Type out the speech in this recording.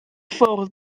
ffwrdd